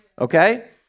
Okay